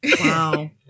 Wow